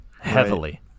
Heavily